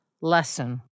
lesson